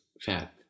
fat